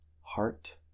heart